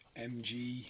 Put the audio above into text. mg